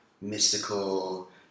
mystical